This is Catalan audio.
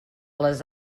les